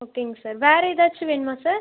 ஓகேங்க சார் வேறு ஏதாச்சும் வேணுமா சார்